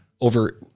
over